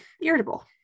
irritable